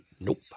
Nope